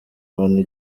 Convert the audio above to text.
abantu